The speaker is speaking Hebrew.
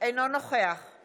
הכי נמוך בין מדינות